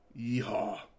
Yeehaw